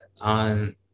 on